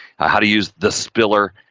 how to use the spiller,